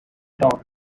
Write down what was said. talk